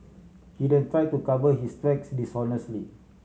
he then tried to cover his tracks dishonestly